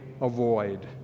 avoid